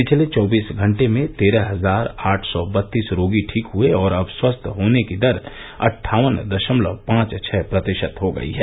पिछले चौबीस घंटे में तेरह हजार आठ सौ बत्तीस रोगी ठीक हए हैं और अब स्वस्थ होने की दर अटठावन दशमलव पांच छह प्रतिशत हो गई है